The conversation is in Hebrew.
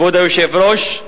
כבוד היושב-ראש,